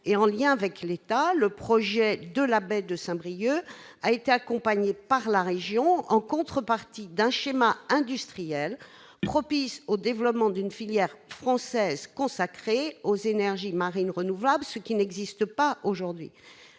et en lien avec l'État, le projet de la baie de Saint-Brieuc a été accompagné par la région, en contrepartie d'un schéma industriel propice au développement d'une filière française consacré aux énergies marines renouvelables, ce qui n'existe pas aujourd'hui